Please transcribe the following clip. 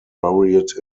buried